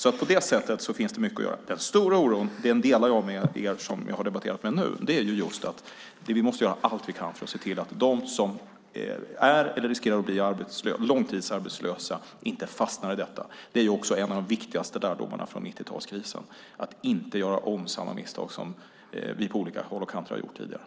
På det sättet finns det mycket att göra. Den stora oron delar jag med er som jag har debatterat med nu. Vi måste göra allt vi kan för att se till att de som är eller riskerar att bli långtidsarbetslösa inte fastnar i detta. Det är också en av de viktigaste lärdomarna från 90-talskrisen. Det gäller att inte göra om samma misstag som vi på olika håll och kanter har gjort tidigare.